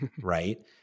right